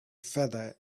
feather